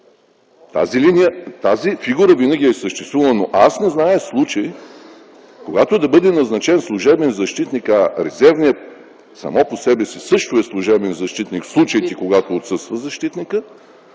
Тази фигура винаги е съществувала. Но аз не зная случай, когато да бъде назначен служебен защитник, а резервният сам по себе си също е служебен защитник в случаите, когато отсъства защитникът